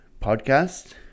podcast